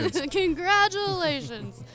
Congratulations